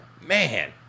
Man